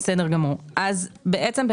בעצם,